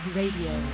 radio